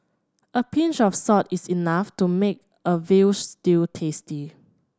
a pinch of salt is enough to make a veal stew tasty